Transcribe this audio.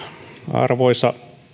arvoisa